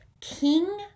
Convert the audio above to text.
King